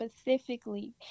specifically